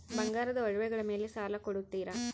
ಬಂಗಾರದ ಒಡವೆಗಳ ಮೇಲೆ ಸಾಲ ಕೊಡುತ್ತೇರಾ?